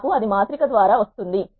నాకు అది మాత్రిక ద్వారా వస్తుంది